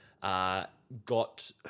Got